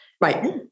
Right